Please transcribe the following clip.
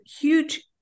huge